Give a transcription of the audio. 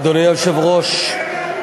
חבר הכנסת